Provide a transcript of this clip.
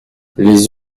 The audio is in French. les